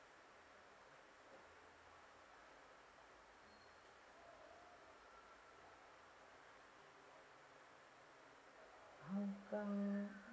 hougang